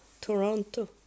Toronto